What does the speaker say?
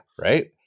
Right